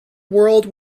world